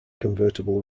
convertible